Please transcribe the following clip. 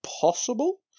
possible